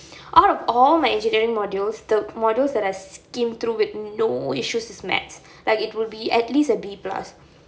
out of all my engineering modules the modules that I skim through with no issues is mathematics like it will be at least a B plus